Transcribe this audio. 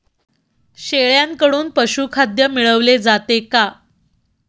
शेळ्यांकडून पशुखाद्य मिळवले जाते का?